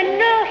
no